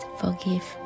forgive